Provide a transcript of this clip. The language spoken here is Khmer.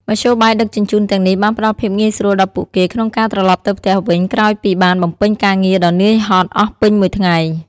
មធ្យោបាយដឹកជញ្ជូនទាំងនេះបានផ្តល់ភាពងាយស្រួលដល់ពួកគេក្នុងការត្រឡប់ទៅផ្ទះវិញក្រោយពីបានបំពេញការងារដ៏នឿយហត់អស់ពេញមួយថ្ងៃ។